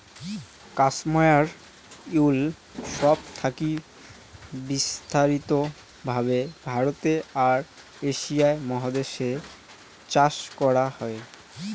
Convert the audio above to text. cashmere wool সব থাকি বিস্তারিত ভাবে ভারতে আর এশিয়া মহাদেশ এ চাষ করাং হই